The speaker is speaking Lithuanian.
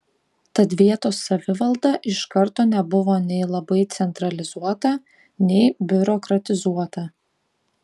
tad vietos savivalda iš karto nebuvo nei labai centralizuota nei biurokratizuota